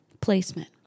placement